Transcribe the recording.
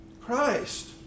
Christ